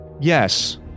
Yes